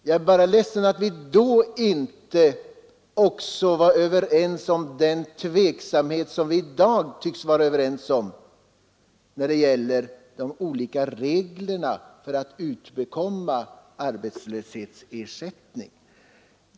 Jag är bara ledsen över att vi då inte också kunde vara överens om behovet av en översyn av de olika reglerna om förutsättningarna för att utbekomma arbetslöshetsersättning. Det tycks vi vara i dag.